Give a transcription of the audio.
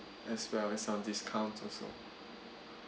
as well as some discount also